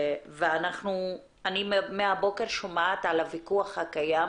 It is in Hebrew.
אני מהבוקר שומעת על הוויכוח הקיים